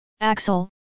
Axel